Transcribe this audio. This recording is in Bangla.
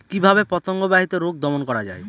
কিভাবে পতঙ্গ বাহিত রোগ দমন করা যায়?